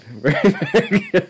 right